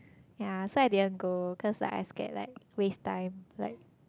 yea so I didn't go cause I scared like waste time like